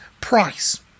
Price